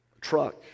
truck